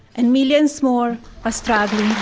and millions more are struggling